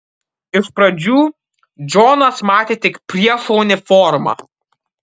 iš pradžių džonas matė tik priešo uniformą